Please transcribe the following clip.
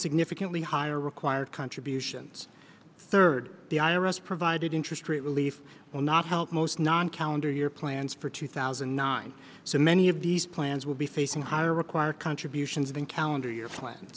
significantly higher required contributions third the i r s provided interest rate relief will not help most non calendar year plans for two thousand and nine so many of these plans will be facing higher require contributions than calendar year pla